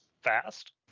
fast